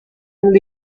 and